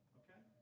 okay